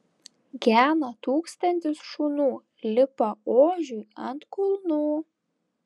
gena tūkstantis šunų lipa ožiui ant kulnų